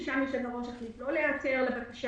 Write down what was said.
ושם היושב-ראש החליט לא להיעתר לבקשה